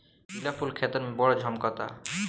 पिला फूल खेतन में बड़ झम्कता